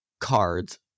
cards